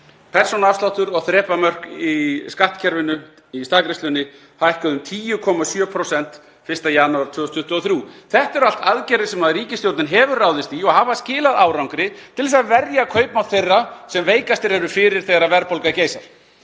Persónuafsláttur og þrepamörk í skattkerfinu í staðgreiðslunni hækkuðu um 10,7% 1. janúar 2023. Þetta eru allt aðgerðir sem ríkisstjórnin hefur ráðist í og hafa skilað árangri til að verja kaupmátt þeirra sem veikastir eru fyrir þegar verðbólga geisar.